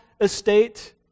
estate